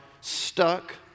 stuck